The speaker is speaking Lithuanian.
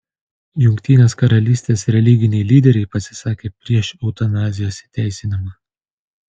jungtinės karalystės religiniai lyderiai pasisakė prieš eutanazijos įteisinimą